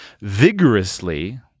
vigorously